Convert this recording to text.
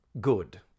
good